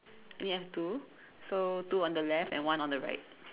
only have two so two on the left and one on the right